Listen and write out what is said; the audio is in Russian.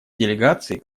делегации